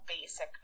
basic